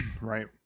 right